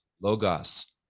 logos